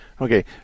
Okay